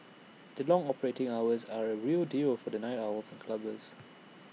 their long operating hours are A real deal for the night owls and clubbers